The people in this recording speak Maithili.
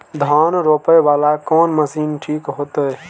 धान रोपे वाला कोन मशीन ठीक होते?